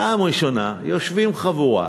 בפעם הראשונה יושבת חבורה,